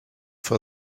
for